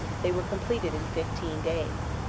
they were completed in fifteen days.